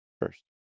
First